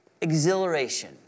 exhilaration